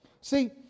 See